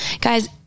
guys